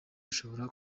ashobora